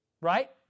right